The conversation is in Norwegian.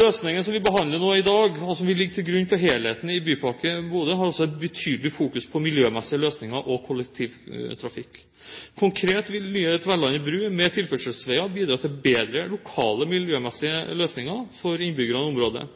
Løsningen som vi behandler nå i dag, og som vil ligge til grunn for helheten i Bypakke Bodø, har også et betydelig fokus på miljømessige løsninger og kollektivtrafikk. Konkret vil nye Tverlandet bru med tilførselsveier bidra til bedre lokale miljømessige løsninger for innbyggerne i området.